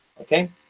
Okay